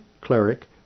cleric